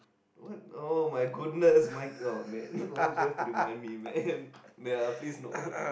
what [oh]-my-goodness Mikey man why do you have to remind me man ya please no